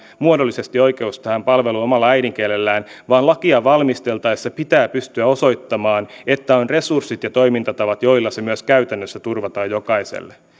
muodollisesti oikeus tähän palveluun omalla äidinkielellä vaan lakia valmisteltaessa pitää pystyä osoittamaan että on resurssit ja toimintatavat joilla se myös käytännössä turvataan jokaiselle